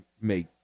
make